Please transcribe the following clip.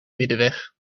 middenweg